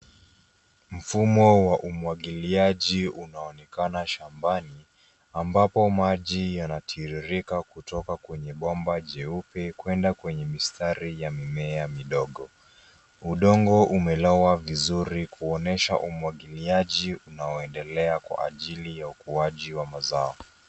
Mfumo wa umwagiliaji unaonekana shambani ambapo maji yanatiririka kutoka kwenye bomba jeupe kuenda kwenye mistari ya mimea midogo. Udongo umelowa vizuri kuonyesha umwagiliaji unaoendelea kwa ajili ya ukuaji wa mazao.